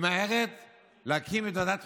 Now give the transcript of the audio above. תודה רבה לחברת הכנסת סטרוק.